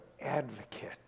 advocate